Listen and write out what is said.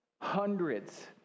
hundreds